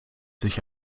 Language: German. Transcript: sich